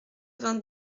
vingt